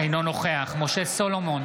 אינו נוכח משה סולומון,